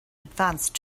advanced